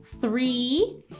three